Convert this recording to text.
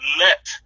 let